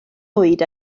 oed